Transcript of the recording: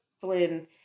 Flynn